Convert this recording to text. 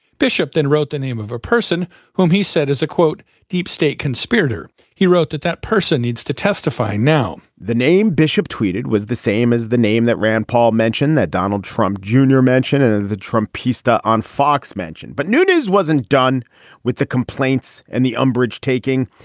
bishop then wrote the name of a person whom he said is a quote deep state conspirator. he wrote that that person needs to testify now the name bishop tweeted was the same as the name that rand paul mentioned that donald trump junior mentioned in the trump piece on fox mentioned. but new news wasn't done with the complaints and the umbrage taking.